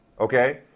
Okay